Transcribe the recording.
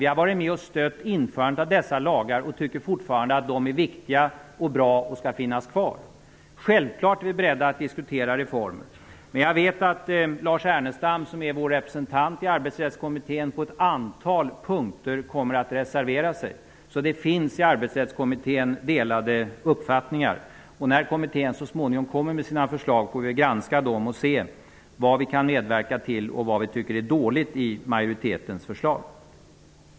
Vi har varit med och stött införandet av dessa lagar och tycker fortfarande att de är viktiga och bra och att de skall finnas kvar. Självfallet är vi beredda att diskutera reformer. Jag vet att Lars Ernestam, som är vår representant i kommittén, på ett antal punkter kommer att reservera sig. Det finns delade uppfattningar i Arbetsrättskommittén. När kommittén så småningom kommer med sina förslag får vi granska dem och se vad vi kan medverka till och vad vi tycker är dåligt i majoritetens förslag.